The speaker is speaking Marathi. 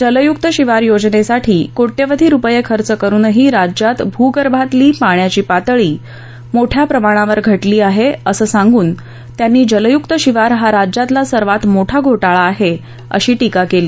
जलयुक्त शिवार योजनेसाठी कोट्यवधी रूपये खर्च करूनही राज्यात भूगर्भातली पाण्याची पातळी मोठ्या प्रमाणावर घटली आहे असे सांगून त्यांनी जलयुक्त शिवार हा राज्यातील सर्वात मोठा घोटाळा आहे अशी टीका केली